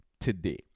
today